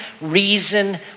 reason